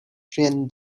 rian